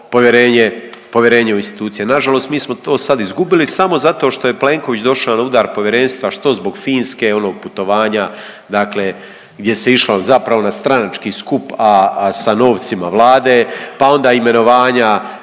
povjerenje u institucije. Na žalost mi smo to sad izgubili samo zato što je Plenković došao na udar povjerenstva što zbog Finske, onog putovanja, dakle gdje se išlo zapravo na stranački skup, a sa novcima Vlade. Pa onda imenovanja